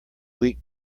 weak